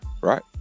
right